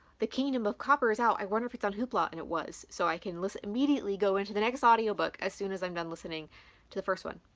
the kingdom of copper is out. i wonder if it's on hoopla, and it was so i can listen, immediately go into the next audiobook as soon as i'm done listening to the first one.